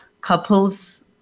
couples